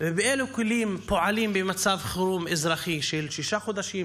ובאילו כלים פועלים במצב חירום אזרחי של שישה חודשים,